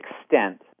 extent